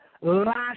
last